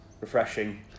refreshing